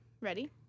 Ready